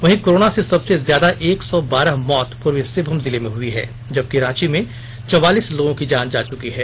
वहीं कोरोना से सबसे ज्यादा एक सौ बारह मौत पूर्वी सिंहभूम जिले में हुई है जबकि रांची में चौवालीस लोग की जान जा चुकी है